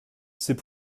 c’est